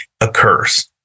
occurs